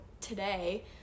today